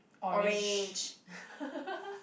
orange